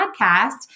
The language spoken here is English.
podcast